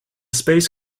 space